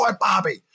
Bobby